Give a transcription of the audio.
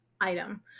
item